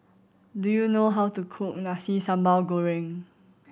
do you know how to cook Nasi Sambal Goreng